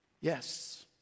Yes